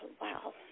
wow